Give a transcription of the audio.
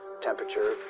temperature